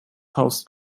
faust